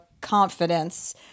confidence